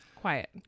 quiet